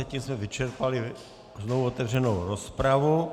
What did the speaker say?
Tím jsme vyčerpali znovuotevřenou rozpravu.